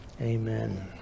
Amen